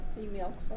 female